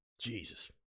Jesus